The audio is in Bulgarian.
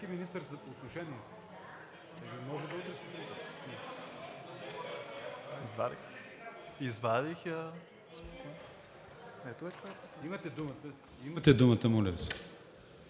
Имате думата, моля Ви.